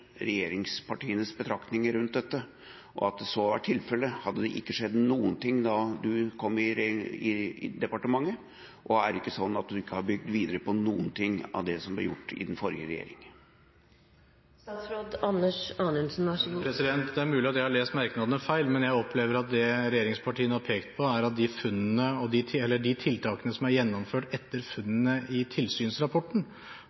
regjeringspartienes betraktninger rundt dette, og om så er tilfellet: Hadde det ikke skjedd noen ting da statsråden kom i departementet? Er det ikke slik at statsråden ikke har bygd videre på noe av det som ble gjort av den forrige regjering? Det er mulig at jeg har lest merknadene feil, men jeg opplever at det regjeringspartiene har pekt på, er at de tiltakene som er gjennomført etter funnene i tilsynsrapporten,